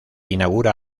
inaugura